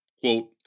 Quote